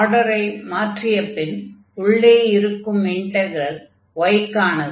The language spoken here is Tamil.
ஆர்டரை மாற்றியபின் உள்ளே இருக்கும் இன்டக்ரல் y க்கானது